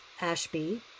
Ashby